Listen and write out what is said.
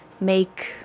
make